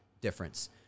difference